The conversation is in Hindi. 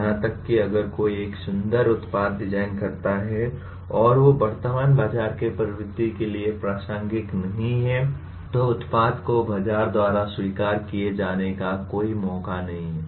यहां तक कि अगर कोई एक सुंदर उत्पाद डिजाइन करता है और यह वर्तमान बाजार के प्रवृत्ति के लिए प्रासंगिक नहीं है तो उत्पाद को बाजार द्वारा स्वीकार किए जाने का कोई मौका नहीं है